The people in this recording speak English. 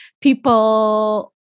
people